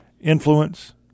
Influence